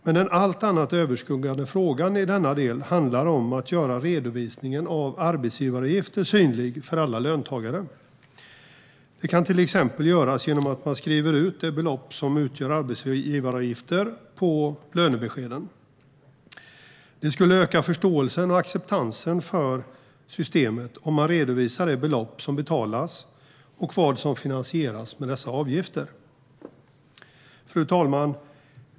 Men den allt överskuggande frågan i denna del handlar om att göra redovisningen av arbetsgivaravgifterna synlig för alla löntagare. Det kan till exempel göras genom att man skriver ut det belopp som utgör arbetsgivaravgifter på lönebeskeden. Det skulle öka förståelsen och acceptansen för systemet om man redovisar de belopp som betalas och vad som finansieras med dessa avgifter. Fru talman!